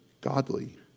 Godly